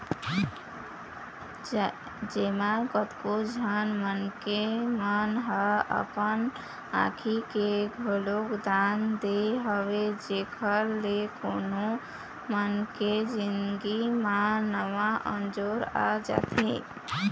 जेमा कतको झन मनखे मन ह अपन आँखी के घलोक दान दे हवय जेखर ले कोनो मनखे के जिनगी म नवा अंजोर आ जाथे